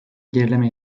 gerileme